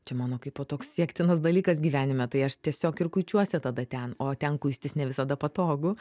čia mano kaipo toks siektinas dalykas gyvenime tai aš tiesiog ir kuičiuosi tada ten o ten kuistis ne visada patogu